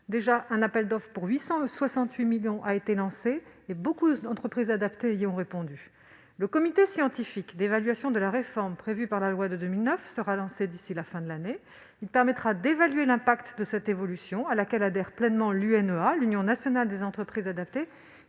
Un appel d'offres de 868 millions d'euros a déjà été lancé, et beaucoup d'entreprises adaptées y ont répondu. Le comité scientifique d'évaluation de la réforme prévue par la loi de 2009 sera lancé d'ici la fin de l'année : il permettra d'évaluer l'impact de cette évolution, à laquelle adhère pleinement l'Union nationale des entreprises adaptées,